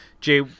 jay